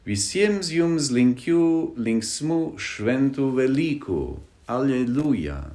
visiems jums linkiu linksmų šventų velykų aleliuja